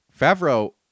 Favreau